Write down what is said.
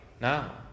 now